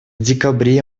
декабре